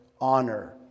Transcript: honor